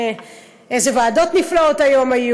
ואיזה ועדות נפלאות היו היום,